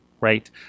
right